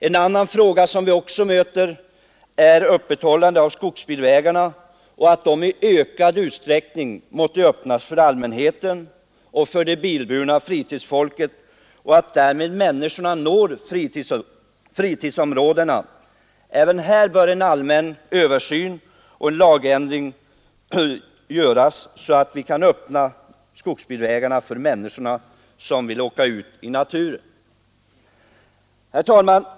Ett annat önskemål som vi möter är att skogsbilvägarna i ökad utsträckning måtte öppnas för allmänheten och för det bilburna fritidsfolket och att därmed människorna når fritidsområdena. Även här bör en allmän översyn och en lagändring göras så att vi kan öppna alla skogsbilvägar för människorna som vill åka ut i naturen. Herr talman!